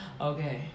okay